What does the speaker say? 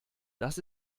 das